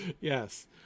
Yes